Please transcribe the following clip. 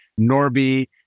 norby